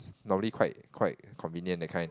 normally quite quite convenient that kind